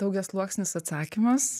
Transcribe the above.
daugiasluoksnis atsakymas